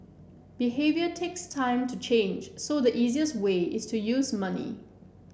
behaviour takes time to change so the easiest way is to use money